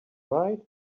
right